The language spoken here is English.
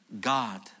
God